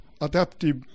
adaptive